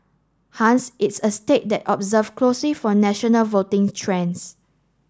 hence it's a state that observe closely for national voting trends